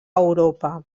europa